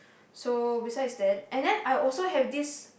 so besides that and that I also have this